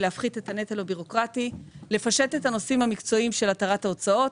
להפחית את הנטל הבירוקרטי ולפשט את הנושאים המקצועיים של התרת ההוצאות.